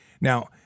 Now